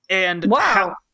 Wow